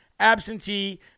absentee